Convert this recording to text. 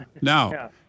Now